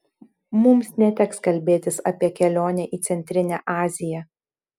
mums neteks kalbėtis apie kelionę į centrinę aziją